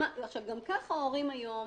גם ככה ההורים היום,